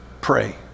pray